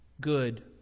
good